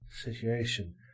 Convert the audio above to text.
situation